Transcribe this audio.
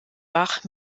bach